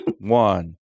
One